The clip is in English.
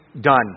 Done